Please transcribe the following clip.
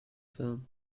film